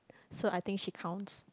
so I think she counts